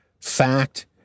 fact